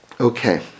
Okay